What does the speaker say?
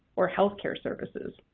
or health care services.